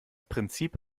prinzip